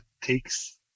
takes